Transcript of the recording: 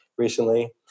recently